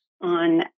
on